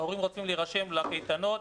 ההורים רוצים להירשם לקייטנות.